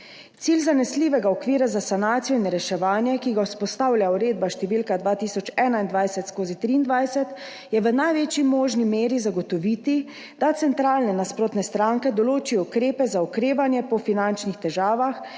Cilj zanesljivega okvira za sanacijo in reševanje, ki ga vzpostavlja uredba številka 2021/23 je v največji možni meri zagotoviti, da centralne nasprotne stranke določijo ukrepe za okrevanje po finančnih težavah,